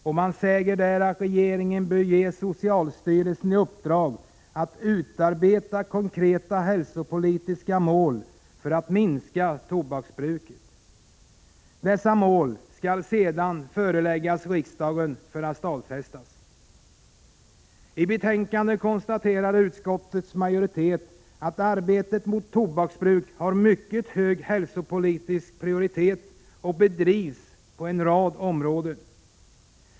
Det framhålls att regeringen bör ge socialstyrelsen i uppdrag att utarbeta konkreta hälsopolitiska mål för att minska tobaksbruket. Dessa mål skall sedan föreläggas riksdagen för att stadfästas. I betänkandet konstaterar utskottets majoritet att arbetet mot tobaksbruk bedrivs på en rad områden och har mycket hög hälsopolitisk prioritet.